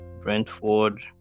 brentford